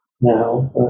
now